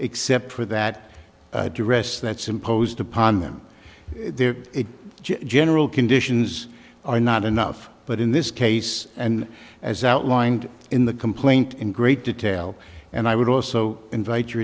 except for that address that's imposed upon them their general conditions are not enough but in this case and as outlined in the complaint in great detail and i would also invite your